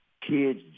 Kids